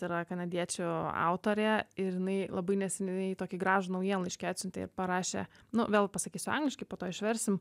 yra kanadiečių autorė ir jinai labai neseniai tokį gražų naujienlaiškį atsiuntė ir parašė nu vėl pasakysiu angliškai po to išversim